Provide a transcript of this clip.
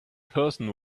person